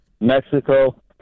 Mexico